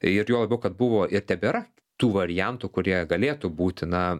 ir juo labiau kad buvo ir tebėra tų variantų kurie galėtų būti na